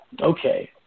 okay